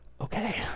okay